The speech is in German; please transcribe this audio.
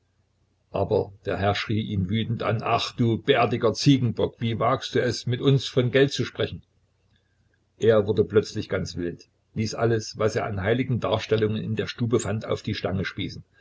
aber der herr schrie ihn wütend an ach du bärtiger ziegenbock wie wagst du es mit uns von geld zu sprechen er wurde plötzlich ganz wild ließ alles was er an heiligen darstellungen in der stube fand auf die stange spießen